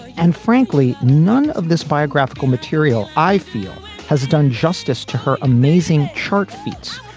and frankly, none of this biographical material, i feel has done justice to her amazing chart feats,